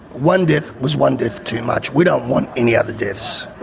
one death was one death too much. we don't want any other deaths,